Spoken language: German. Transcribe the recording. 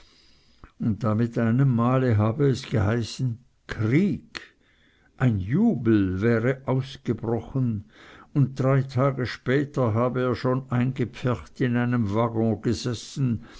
und da mit einem male hab es geheißen krieg ein jubel wäre losgebrochen und drei tage später hab er schon eingepfercht in einem waggon gesessen